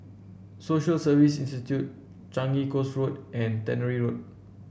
Social Service Institute Changi Coast Road and Tannery Road